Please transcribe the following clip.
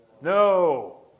No